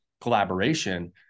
collaboration